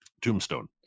Tombstone